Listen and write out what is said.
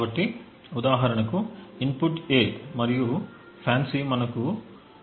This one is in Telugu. కాబట్టి ఉదాహరణకు ఇన్పుట్ A మరియు FANCI మనకు 0